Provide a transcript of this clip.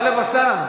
טלב אלסאנע.